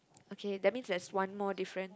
okay that means there's one more difference